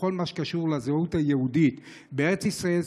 בכל מה שקשור לזהות היהודית בארץ ישראל,